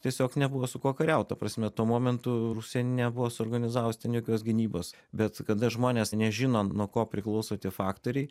tiesiog nebuvo su kuo kariaut ta prasme tuo momentu rusija nebuvo suorganizavus ten jokios gynybos bet kada žmonės nežino nuo ko priklauso tie faktoriai